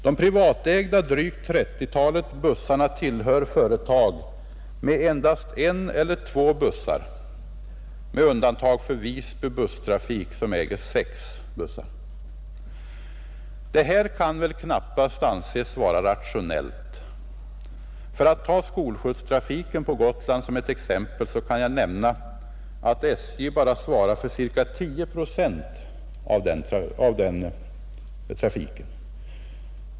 De privatägda bussarna, vilka uppgår till drygt 30-talet, tillhör företag med endast en eller två bussar med undantag för Visby busstrafik, som äger sex bussar. Det här kan väl knappast anses vara rationellt. För att ta skolskjutstrafiken på Gotland som ett exempel kan jag nämna att SJ svarar för bara ca 10 procent av den trafiken.